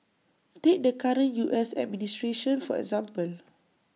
take the current U S administration for example